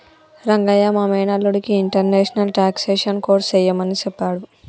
రంగయ్య మా మేనల్లుడికి international taxation course సెయ్యమని సెప్పాడు